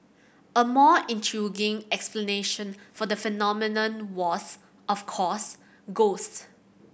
a more intriguing explanation for the phenomenon was of course ghosts